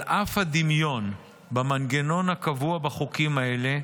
על אף הדמיון במנגנון הקבוע בחוקים האלה,